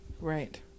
Right